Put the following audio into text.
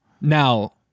Now